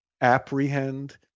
apprehend